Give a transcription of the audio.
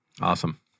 awesome